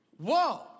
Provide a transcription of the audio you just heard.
Whoa